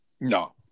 No